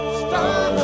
star